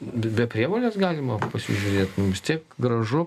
be prievolės galima pasižiūrėt nu vis tiek gražu